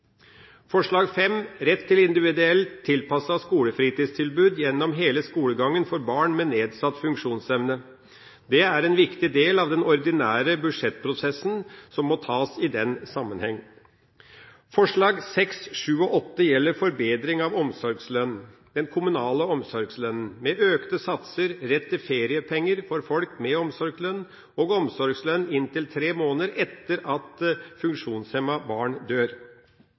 Forslag nr. 5 gjelder rett til individuelt tilpasset skolefritidstilbud gjennom hele skolegangen for barn med nedsatt funksjonsevne. Det er en viktig del av den ordinære budsjettprosessen og må tas i den sammenheng. Forslagene nr. 6, 7 og 8 gjelder forbedring av omsorgslønn, dvs. den kommunale omsorgslønnen, med økte satser, rett til feriepenger for folk med omsorgslønn, og omsorgslønn i inntil tre måneder etter at funksjonshemmet barn dør.